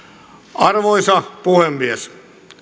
arvoisa puhemies